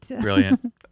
Brilliant